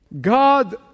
God